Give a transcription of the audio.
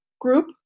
group